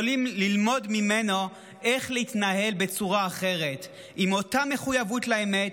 יכולים ללמוד ממנו איך להתנהל בצורה אחרת עם אותה מחויבות לאמת,